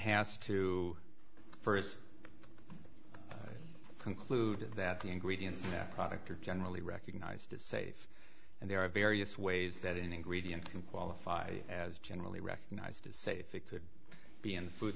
has to first conclude that the ingredients and product are generally recognized as safe and there are various ways that an ingredient can qualify as generally recognized as safe it could be in food